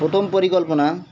প্রথম পরিকল্পনা